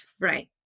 Right